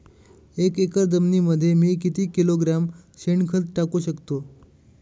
एक एकर जमिनीमध्ये मी किती किलोग्रॅम शेणखत टाकू शकतो?